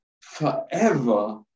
forever